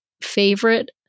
Favorite